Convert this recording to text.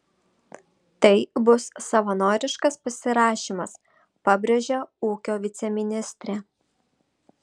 tai bus savanoriškas pasirašymas pabrėžia ūkio viceministrė